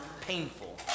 painful